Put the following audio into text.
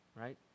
Right